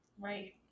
Right